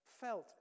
felt